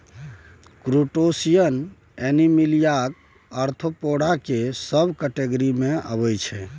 crustacean एनीमिलियाक Arthropoda केर sub category मे अबै छै